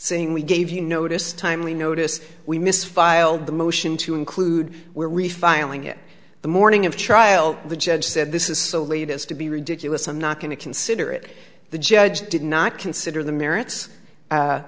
saying we gave you notice timely notice we misfiled the motion to include we're refiling it the morning of trial the judge said this is so late as to be ridiculous i'm not going to consider it the judge did not consider the merits